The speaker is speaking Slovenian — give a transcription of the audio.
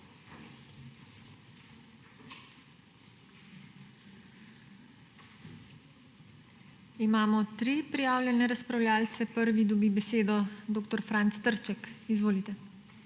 Imamo tri prijavljene razpravljavce. Prvi dobi besedo dr. Franc Trček. Izvolite.